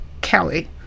Kelly